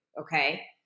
Okay